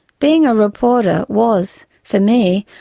being a reporter was, for me,